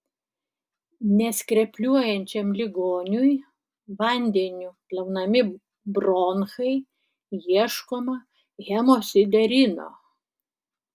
neskrepliuojančiam ligoniui vandeniu plaunami bronchai ieškoma hemosiderino